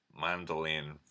mandolin